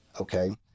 okay